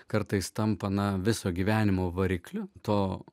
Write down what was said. kartais tampa na viso gyvenimo varikliu to